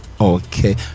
okay